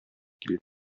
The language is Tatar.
кил